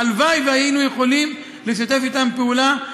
הלוואי שהיינו יכולים לשתף אתם פעולה,